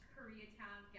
Koreatown